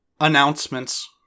announcements